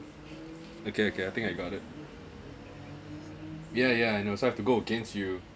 okay okay I think I got it yeah yeah I know so I have to go against you